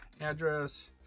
address